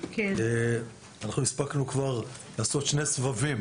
אנחנו הספקנו כבר לעשות שני סבבים